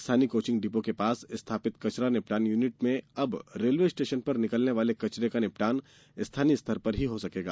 स्थानीय coaching depot के पास स्थापित कचरा निपटान यूनिट में अब रेलवे स्टेशन पर निकलने वाले कचरे का निपटान स्थानीय स्तर पर ही हो सकेगा